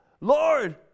Lord